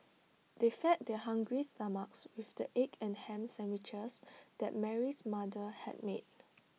they fed their hungry stomachs with the egg and Ham Sandwiches that Mary's mother had made